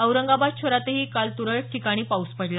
औरंगाबाद शहरातही काल तुरळक ठिकाणी पाऊस पडला